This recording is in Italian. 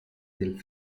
del